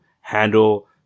handle